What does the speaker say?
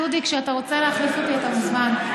דודי, כשאתה רוצה להחליף אותי, אתה מוזמן.